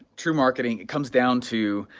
true marketing, it comes down to